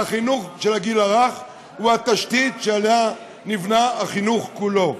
והחינוך של הגיל הרך הוא התשתית שעליה נבנה החינוך כולו,